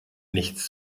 nichts